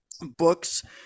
books